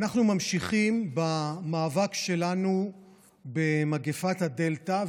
ממשיכים במאבק שלנו במגפת הדלתא,